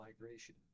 migration